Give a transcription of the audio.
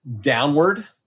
downward